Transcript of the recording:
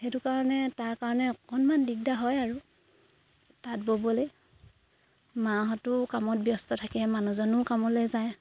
সেইটো কাৰণে তাৰ কাৰণে অকণমান দিগদাৰ হয় আৰু তাঁত ব'বলে মাহঁতো কামত ব্যস্ত থাকে মানুহজনো কামলে যায়